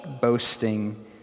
boasting